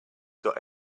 got